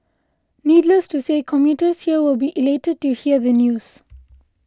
needless to say commuters here will be elated to hear the news